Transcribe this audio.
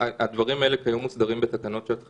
הדברים האלה כיום מוסדרים בתקנות שעת חירום.